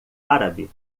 árabe